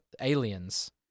Aliens